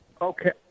Okay